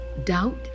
doubt